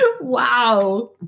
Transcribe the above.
Wow